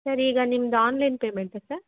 sir ಈಗ ನಿಮ್ದು online ಪೇಮೆಂಟಾ ಸರ್